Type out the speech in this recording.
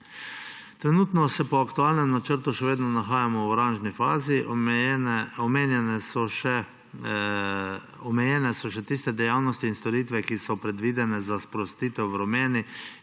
Trenutno se po aktualnem načrtu še vedno nahajamo v oranžni fazi. Omejene so še tiste dejavnosti in storitve, ki so predvidene za sprostitev v rumeni